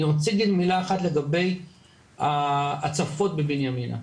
אני רוצה להגיד מילה אחת לגבי ההצפות בבנימינה.